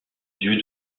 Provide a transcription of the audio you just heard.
yeux